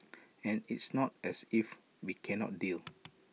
and it's not as if we cannot deal